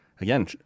again